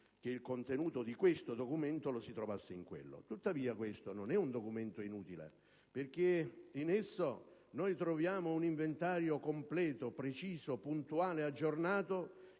che il contenuto di questo documento lo si trovasse in quello. Tuttavia questo non è un documento inutile, perché vi troviamo un inventario completo, preciso, puntuale e aggiornato